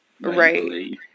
Right